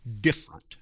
different